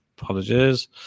Apologies